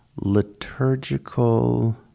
Liturgical